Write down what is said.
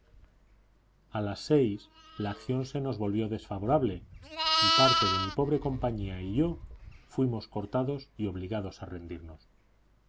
a las seis la acción se nos volvió desfavorable y parte de mi pobre compañía y yo fuimos cortados y obligados a rendirnos